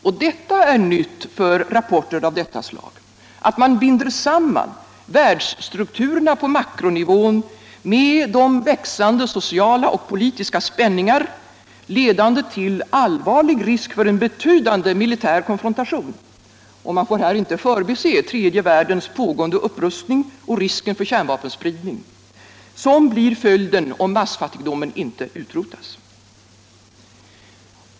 Och dewua är nytt för rapporter av detta slag, att man binder samman världsstrukturerna på makronivå med de växande sociala och politiska spänningar, ledande till allvarlig risk för en betydande militär konfron tation — och här får inte förbises tredje världens pågående upprustning och risken för kärnvapenspridning —- som blir följden om massfattigdomen inte utrotas.